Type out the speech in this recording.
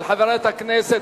של חברת הכנסת,